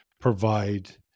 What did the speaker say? provide